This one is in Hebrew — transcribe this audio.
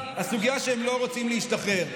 הסוגיה שהם לא רוצים להשתחרר,